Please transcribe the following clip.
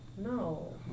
No